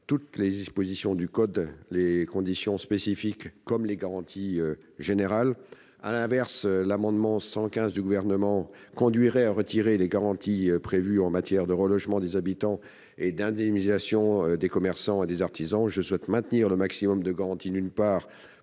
je souhaite maintenir le maximum de garanties pour